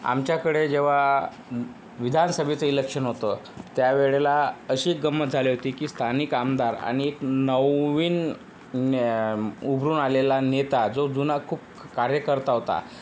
आमच्याकडे जेव्हा विधानसभेचं इलेक्शन होतं त्या वेळेला अशी एक गंमत झाली होती की स्थानिक आमदार आणि नवीन न्या उभरून आलेला नेता जो जुना खूप कार्यकर्ता होता